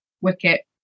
wicket